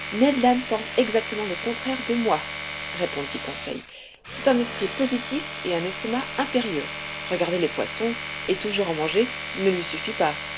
pense exactement le contraire de moi répondit conseil c'est un esprit positif et un estomac impérieux regarder les poissons et toujours en manger ne lui suffit pas